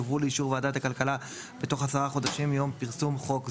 יובאו לאישור ועדת הכלכלה בתוך עשרה חודשים מיום פרסום חוק זה".